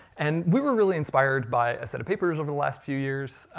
and we were really inspired by a set of papers over the last few years,